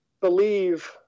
believe